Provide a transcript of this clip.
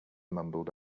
mumbled